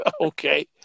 okay